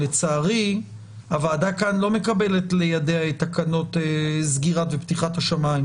לצערי הוועדה כאן לא מקבלת לידיה את תקנות סגירת ופתיחת השמים.